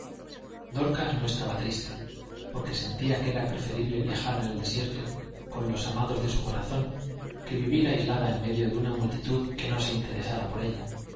dorcas no estaba triste porque sentía que era preferible viajar en el desierto con los amados de su corazón que vivir aislada en medio de una multitud que no se interesara por ella